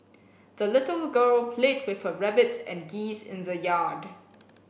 the little girl played with her rabbit and geese in the yard